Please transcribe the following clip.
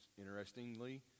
Interestingly